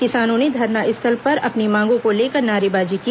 किसानों ने धरनास्थल पर अपनी मांगों को लेकर नारेबाजी की